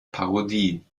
parodie